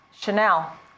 Chanel